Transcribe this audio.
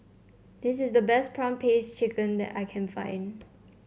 this is the best prawn paste chicken that I can find